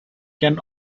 can